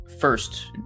first